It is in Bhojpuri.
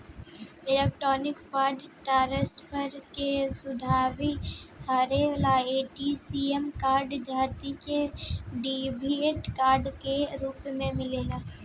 इलेक्ट्रॉनिक फंड ट्रांसफर के सुविधा हरेक ए.टी.एम कार्ड धारी के डेबिट कार्ड के रूप में मिलेला